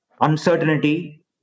Uncertainty